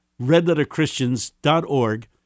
redletterchristians.org